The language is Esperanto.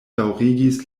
daŭrigis